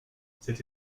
cette